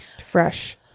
Fresh